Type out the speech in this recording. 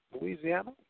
Louisiana